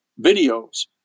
videos